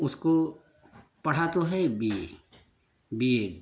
उसको पढ़ा तो है बीए बीएड